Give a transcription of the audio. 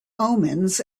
omens